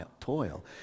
toil